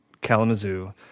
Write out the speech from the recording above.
Kalamazoo